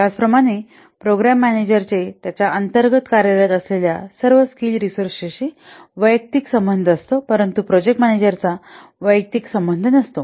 त्याचप्रमाणे प्रोग्राम मॅनेजरचे त्याच्या अंतर्गत कार्यरत असलेल्या सर्व स्किल रिसोर्स शी वैयक्तिक संबंध आहेत परंतु प्रोजेक्ट मॅनेजरचा वैयक्तिक संबंध नसतो